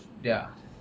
ya